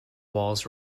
walls